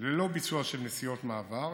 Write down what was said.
ללא ביצוע של נסיעות מעבר.